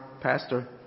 pastor